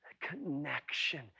connection